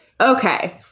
okay